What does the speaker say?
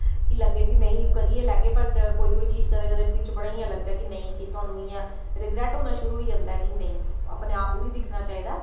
कि लग्गै नेईं करी गै लैगे बट कोई चीज कदैं कदैं बिच्च इ'यां लगदा कि नेईं तुआनूं इ'यां रिग्रैट होना शुरू होई जंदा ऐ कि नेईं अपने आप गी बी दिक्खना चाहिदा ऐ